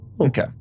okay